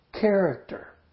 character